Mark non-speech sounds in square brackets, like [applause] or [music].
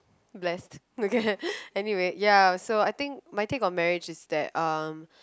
blessed okay [laughs] anyway ya I think my take on marriage is that um